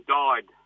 died